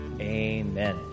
Amen